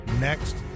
Next